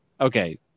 Okay